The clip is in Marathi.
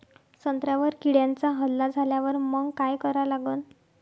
संत्र्यावर किड्यांचा हल्ला झाल्यावर मंग काय करा लागन?